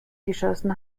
geschossen